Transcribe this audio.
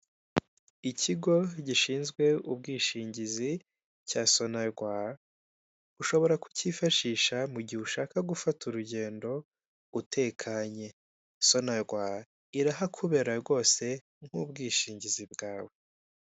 Ikigo gishinzwe ubwishingizi cya sonarwa, ushobora kukifashisha mu gihe ushaka gufata urugendo utekenye. Sonarwa irahakubera nk'ubwishingizi bwawe.